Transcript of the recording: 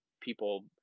people